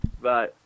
Bye